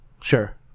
Sure